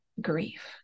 grief